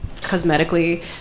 cosmetically